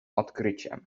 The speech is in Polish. odkryciem